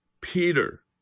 Peter